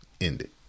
ended